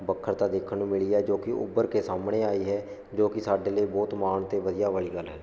ਵੱਖਰਤਾ ਦੇਖਣ ਨੂੰ ਮਿਲੀ ਹੈ ਜੋ ਕਿ ਉੱਭਰ ਕੇ ਸਾਹਮਣੇ ਆਈ ਹੈ ਜੋ ਕਿ ਸਾਡੇ ਲਈ ਬਹੁਤ ਮਾਣ ਅਤੇ ਵਧੀਆ ਵਾਲੀ ਗੱਲ ਹੈ